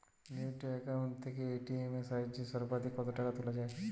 নিজস্ব অ্যাকাউন্ট থেকে এ.টি.এম এর সাহায্যে সর্বাধিক কতো টাকা তোলা যায়?